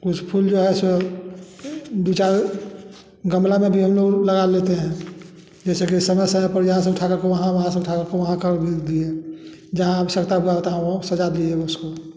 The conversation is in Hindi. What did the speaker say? कुछ फूल जो ऐसे बिचारे गमला में भी हम लोग लगा लेते हैं जैसे कि समय समय पर यहाँ से उठा कर के वहाँ से उठा कर के वहाँ कर लिए जहाँ सरका हुआ होता है वो सजा दिए उसको